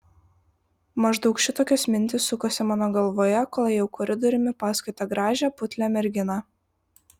maždaug šitokios mintys sukosi mano galvoje kol ėjau koridoriumi paskui tą gražią putlią merginą